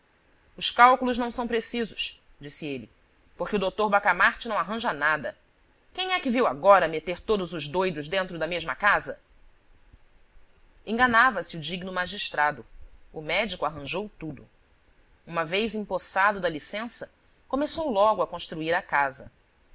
os cálculos não são precisos disse ele porque o dr bacamarte não arranja nada quem é que viu agora meter todos os doidos dentro da mesma casa enganava-se o digno magistrado o médico arranjou tudo uma vez empossado da licença começou logo a construir a casa